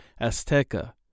Azteca